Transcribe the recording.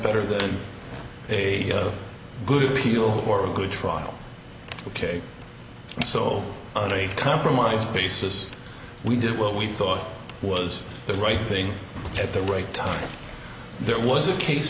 better than a good deal or a good trial ok so on a compromise basis we did what we thought was the right thing at the right time there was a case